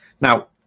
now